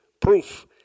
proof